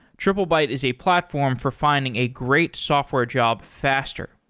triplebyte is a platform for finding a great software job faster.